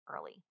early